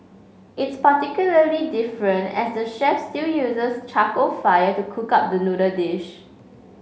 it's particularly different as the chef still uses charcoal fire to cook up the noodle dish